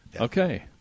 Okay